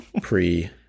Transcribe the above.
pre